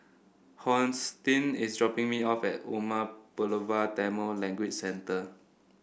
Hosteen is dropping me off at Umar Pulavar Tamil Language Centre